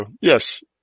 yes